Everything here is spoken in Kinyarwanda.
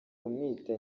kumwita